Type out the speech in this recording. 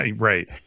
Right